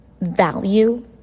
value